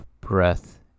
breath